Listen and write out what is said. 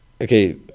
okay